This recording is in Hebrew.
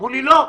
אז אמרו לי "לא,